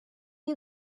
you